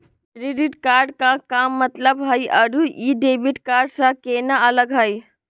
Credit card के का मतलब हई अरू ई डेबिट कार्ड स केना अलग हई?